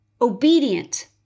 obedient